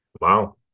Wow